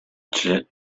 члены